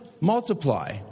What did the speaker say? multiply